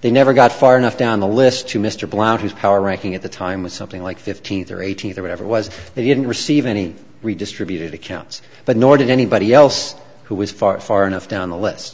they never got far enough down the list to mr blount whose power ranking at the time was something like fifteen to eighteen or whatever was they didn't receive any redistributed accounts but nor did anybody else who was far far enough down the list